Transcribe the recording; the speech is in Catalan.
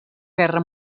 guerra